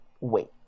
wait